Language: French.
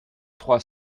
trois